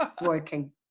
working